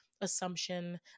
assumption